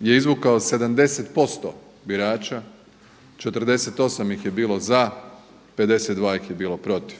je izvukao 70% birača, 48 ih je bilo za, 52 ih je bilo protiv.